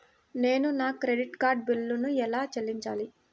నేను నా credit card బిల్లును ఎలా చెల్లించాలీ?